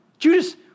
Judas